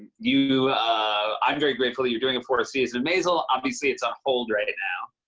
you i'm very grateful you're doing a fourth season of maisel. obviously, it's on hold right and now.